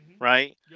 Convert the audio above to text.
right